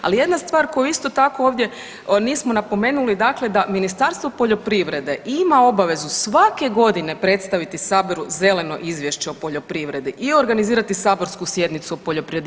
Ali jedna stvar koju isto tako ovdje nismo napomenuli, dakle da Ministarstvo poljoprivrede ima obavezu svake godine predstaviti Saboru zeleno izvješće o poljoprivredi i organizirati saborsku sjednicu o poljoprivredi.